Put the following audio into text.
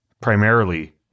primarily